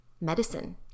medicine